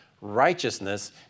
righteousness